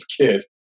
kid